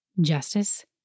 Justice